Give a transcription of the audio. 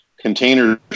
Containers